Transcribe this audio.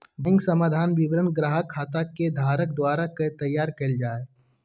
bank समाधान विवरण ग्राहक खाता के धारक द्वारा तैयार कइल जा हइ